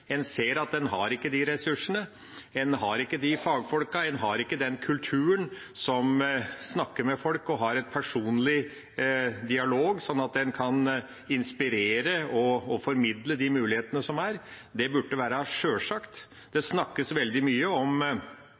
En ser at en har ikke de ressursene, en har ikke de fagfolkene, og en har ikke den kulturen som snakker med folk og har en personlig dialog, sånn at en kan inspirere og formidle de mulighetene som er. Det burde være sjølsagt. Det snakkes veldig mye om